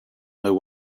know